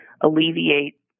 alleviate